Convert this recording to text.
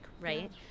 right